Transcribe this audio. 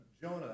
Jonah